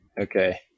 Okay